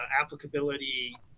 applicability